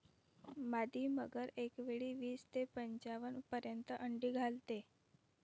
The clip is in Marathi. मादी मगर एकावेळी वीस ते पंच्याण्णव पर्यंत अंडी घालते